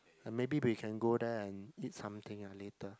maybe we can go there and eat something ah later